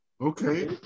Okay